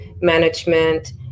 management